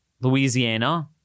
Louisiana